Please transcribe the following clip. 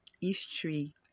history